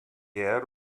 era